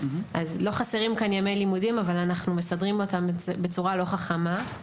אז לא חסרים כאן ימי לימודים אבל אנחנו מסדרים אותם בצורה לא חכמה.